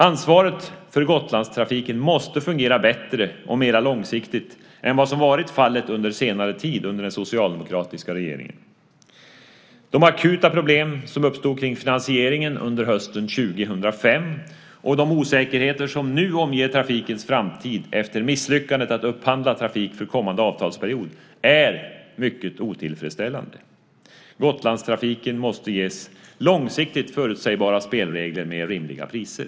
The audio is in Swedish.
Ansvaret för Gotlandstrafiken måste fungera bättre och mera långsiktigt än som varit fallet under senare tid under den socialdemokratiska regeringen. De akuta problem som uppstod kring finansieringen under hösten 2005 och de osäkerheter som nu omger trafikens framtid efter misslyckandet med att upphandla trafik för kommande avtalsperiod är mycket otillfredsställande. Gotlandstrafiken måste ges långsiktigt förutsägbara spelregler med rimliga priser.